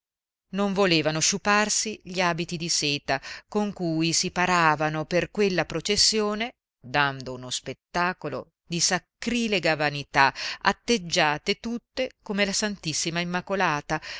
non volevano sciuparsi gli abiti di seta con cui si paravano per quella processione dando uno spettacolo di sacrilega vanità atteggiate tutte come la ss immacolata